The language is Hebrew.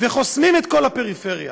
וחוסמים את כל הפריפריה,